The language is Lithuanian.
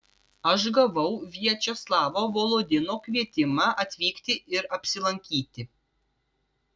aš gavau viačeslavo volodino kvietimą atvykti ir apsilankyti